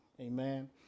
Amen